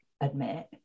admit